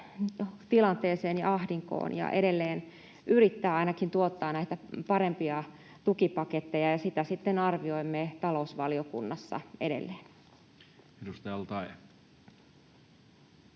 tilanteeseen ja ahdinkoon ja edelleen ainakin yrittää tuottaa näitä parempia tukipaketteja, ja sitä sitten arvioimme talousvaliokunnassa edelleen. [Speech 170]